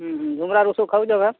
ଘୁମ୍ରା ଔଷଧ ଖାଉଛ କେଁ